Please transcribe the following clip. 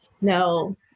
No